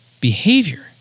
behavior